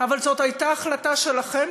התשובה לא רשומה בטאבלט?